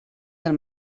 del